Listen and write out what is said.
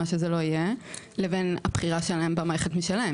מה שזה לא יהיה; לבין הבחירה שלהם במערכת משלהם.